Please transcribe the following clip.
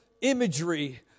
imagery